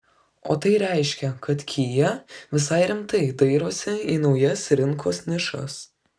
o tai reiškia kad kia visai rimtai dairosi į naujas rinkos nišas